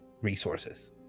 resources